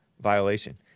violation